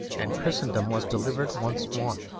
and christendom was delivered once more.